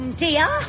dear